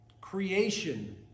creation